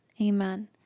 Amen